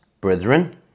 brethren